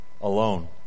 alone